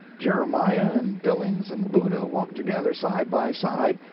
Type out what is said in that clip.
jeremiah, and billings and buddha walk together, side by side,